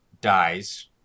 dies